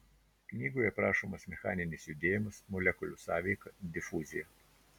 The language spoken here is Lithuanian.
knygoje aprašomas mechaninis judėjimas molekulių sąveika difuzija